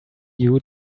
you